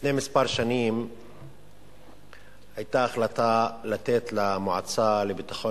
לפני כמה שנים היתה החלטה לתת למועצה לביטחון